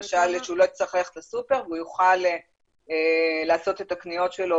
הוא לא יצטרך ללכת לסופר והוא יוכל לעשות את הקניות שלו